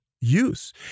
use